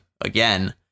again